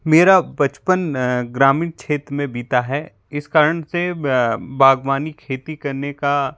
मेरा बचपन ग्रामीण क्षेत्र में बीता है इस कारण से बागवानी खेती करने का